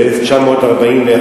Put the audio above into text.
ב-1941,